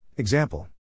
Example